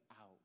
out